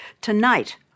tonight